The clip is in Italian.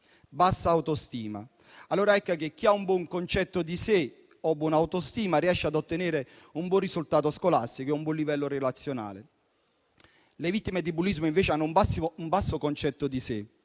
bassa autostima. Chi ha un buon concetto di sé o buona autostima riesce ad ottenere un buon risultato scolastico e un buon livello relazionale. Le vittime di bullismo invece hanno un basso concetto di sé